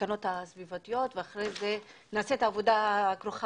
הסכנות הסביבתיות ואחרי זה נעשה את העבודה המוטלת